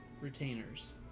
retainers